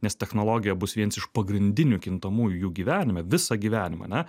nes technologija bus viens iš pagrindinių kintamųjų jų gyvenime visą gyvenimą ane